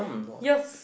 yours